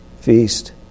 feast